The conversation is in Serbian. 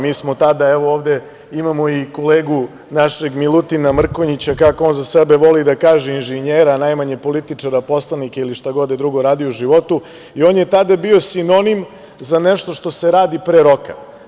Mi smo tada, evo ovde imamo i kolegu našeg Milutina Mrkonjića, kako on za sebe voli da kaže – inženjera, a najmanje političara, poslanika ili šta god da je drugo radio u životu, i on je tada bio sinonim za nešto što se radi pre roka.